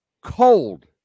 cold